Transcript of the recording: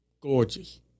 gorgeous